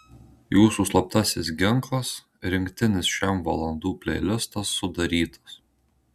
jūsų slaptasis ginklas rinktinis šem valandų pleilistas sudarytas